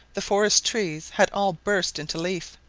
the forest-trees had all burst into leaf,